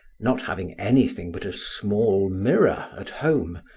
not having anything but a small mirror at home,